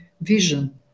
vision